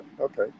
Okay